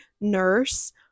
nurse